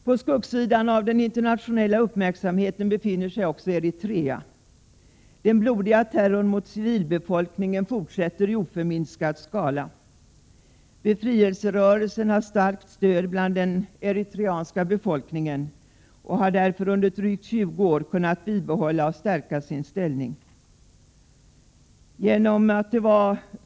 På skuggsidan av den internationella uppmärksamheten befinner sig också Eritrea. Den blodiga terrorn mot civilbefolkningen fortsätter i oförminskad skala. Befrielserörelsen har starkt stöd bland den eritreanska befolkningen och har därför under drygt 20 år kunnat bibehålla och stärka sin ställning.